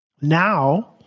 now